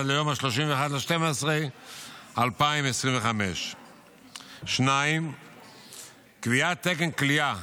עד ליום 31 בדצמבר 2025. 2. קביעת תקן כליאה,